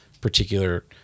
particular